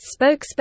spokesperson